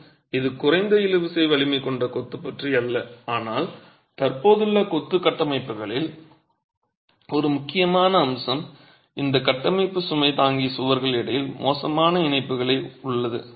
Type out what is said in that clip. மற்றும் இது குறைந்த இழுவிசை வலிமை கொண்ட கொத்து பற்றி அல்ல ஆனால் தற்போதுள்ள கொத்து கட்டமைப்புகளில் ஒரு முக்கிய அம்சம் இது கட்டமைப்பு சுமை தாங்கி சுவர்கள் இடையே மோசமான இணைப்புகளை உள்ளது